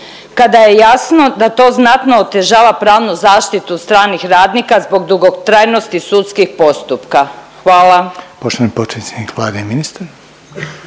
kada je jasno da to znatno otežava pravnu zaštitu stranih radnika zbog dugotrajnosti sudskih postupka? Hvala.